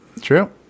true